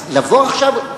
אז לבוא עכשיו,